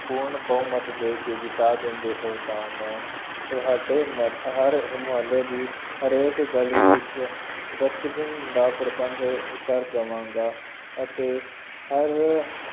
ਪੂਰਨ ਬਹੁਮਤ ਦੇ ਕੇ ਜਿਤਾ ਦਿੰਦੇ ਹੋ ਤਾਂ ਮੈਂ ਤੁਹਾਡੇ ਹਰ ਮੁਹੱਲੇ ਦੀ ਹਰੇਕ ਗਲੀ ਵਿੱਚ ਡਸਟਬਿਨ ਦਾ ਪ੍ਰਬੰਧ ਕਰ ਦੇਵਾਂਗਾ ਅਤੇ ਹਰ